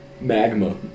magma